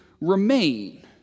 remain